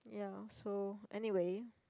ya so anyway